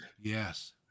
Yes